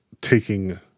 taking